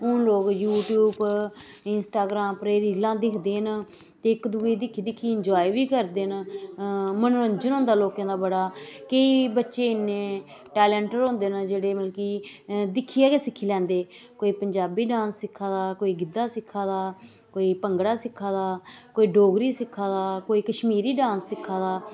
हून लोक यूटयूब उप्पर इंस्टाग्राम पर एह् रीलां दिखदे न ते इक दुए गी दिक्खी दिक्खियै इंजाए बी करदे न मनोरंजन होंदा लोकें दा बड़ा केई बच्चे इन्ने चैलेंटड होंदे न मतलव कि दिक्खियै गै सिक्खी लैंदे कोई पंजाबी डांस सिक्खा दा कोई गिध्दा सिक्खा दा कोई भांगड़ा सिक्खा दा कोई डोगरी सिक्खा दा कोई कश्मीरी डांस सिक्खा दा